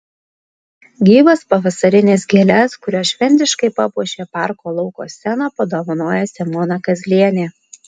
gyvas pavasarines gėles kurios šventiškai papuošė parko lauko sceną padovanojo simona kazlienė